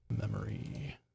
memory